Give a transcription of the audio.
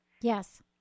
Yes